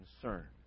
concern